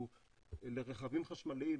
הוא לרכבים חשמליים,